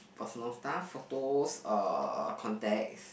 personal stuff photos uh contacts